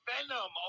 Venom